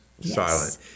silent